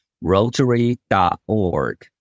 Rotary.org